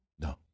No